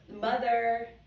mother